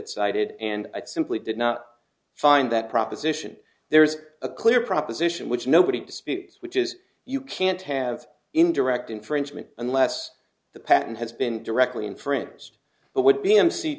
it cited and i simply did not find that proposition there's a clear proposition which nobody disputes which is you can't have indirect infringement unless the patent has been directly infringers but would be